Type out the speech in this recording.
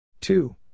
two